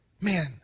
man